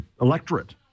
electorate